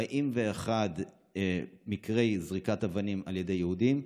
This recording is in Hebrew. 41 מקרי זריקת אבנים על ידי יהודים,